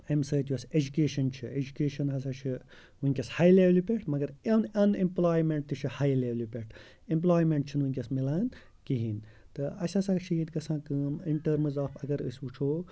اَمہِ سۭتۍ یۄس ایجوکیشَن چھِ ایجوکیشَن ہَسا چھِ وٕنکیٚس ہاے لیولہِ پٮ۪ٹھ مگر اَن اَن اِمپلایمینٛٹ تہِ چھِ ہاے لیولہِ پٮ۪ٹھ ایٚمپلایمینٛٹ چھِنہٕ وٕنکیٚس مِلان کِہیٖنۍ تہٕ اَسہِ ہَسا چھِ ییٚتہِ گژھان کٲم اِن ٹٔرمٕز آف اگر أسۍ وٕچھو